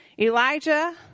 Elijah